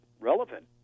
relevant